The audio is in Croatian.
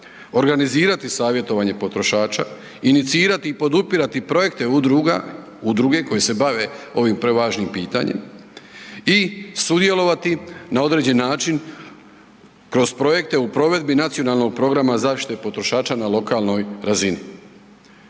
organizirati savjetovanje potrošača, inicirati i podupirati projekte udruga, udruge koje se bave ovim prevažnim pitanjem i sudjelovati na određen način kroz projekte u provedbi nacionalnog programa zaštite potrošača na lokalnoj razini.